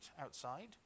outside